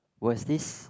was this